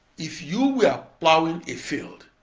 if you were plowing a field,